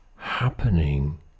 happening